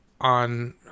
on